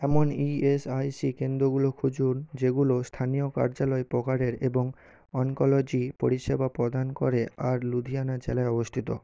এমন E S I C কেন্দ্রগুলো খুঁজুন যেগুলো স্থানীয় কার্যালয় প্রকারের এবং অঙ্কোলজি পরিষেবা প্রদান করে আর লুধিয়ানা জেলায় অবস্থিত